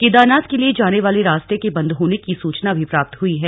केदारनाथ के लिए जाने वाले रास्ते के बंद होने की सूचना भी प्राप्त हुई है